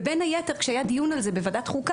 ובין היתר כשהיה דיון על זה בוועדת חוקה,